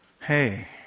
hey